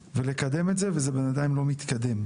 ולקדם את זה וזה בינתיים לא מתקדם.